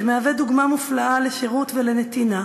שמהווה דוגמה מופלאה לשירות ולנתינה,